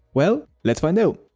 well, let's find out.